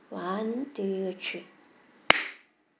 one two three